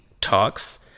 Talks